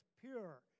pure